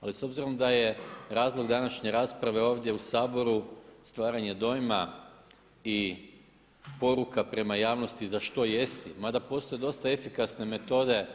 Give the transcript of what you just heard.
Ali s obzirom da je razlog današnje rasprave ovdje u Saboru stvaranje dojma i poruka prema javnosti za što jesi, mada postoje dosta efikasne metode